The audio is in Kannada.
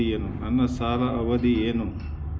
ನನ್ನ ಸಾಲದ ಅವಧಿ ಏನು?